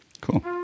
Cool